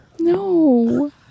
No